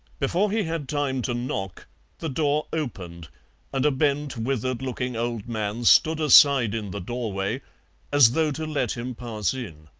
before he had time to knock the door opened and a bent, withered-looking old man stood aside in the doorway as though to let him pass in.